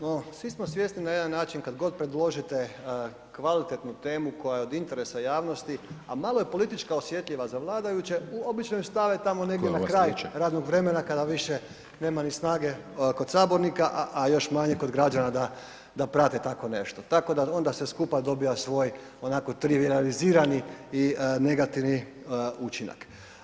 No, svi smo svjesni na jedan način kad god predložite kvalitetnu temu koja je od interesa javnosti, a malo je politička osjetljiva za vladajuće, obično ju stave tamo negdje na kraj radnog vremena kada više nema ni snage kod sabornika, a još manje kod građana da, da prate tako nešto, tako da onda sve skupa dobiva svoj onako trivijalizirani i negativni učinak.